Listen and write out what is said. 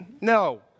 No